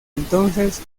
entonces